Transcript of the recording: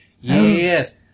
Yes